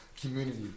community